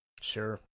Sure